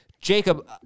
Jacob